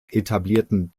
etablierten